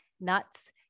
nuts